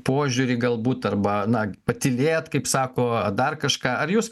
požiūrį galbūt arba na patylėt kaip sako dar kažką ar jūs